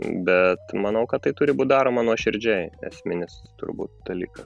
bet manau kad tai turi būt daroma nuoširdžiai esminis turbūt dalykas